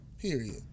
period